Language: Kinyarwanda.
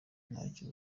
ntacyo